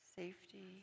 Safety